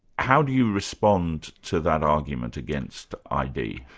how do you respond to that argument against id?